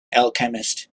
alchemist